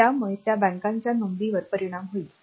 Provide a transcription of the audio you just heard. त्यामुळे त्या बँकांचा नोंदींवर परिणाम होईल